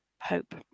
hope